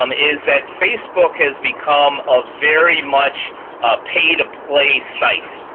um is that facebook has become a very much pay to play site.